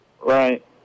right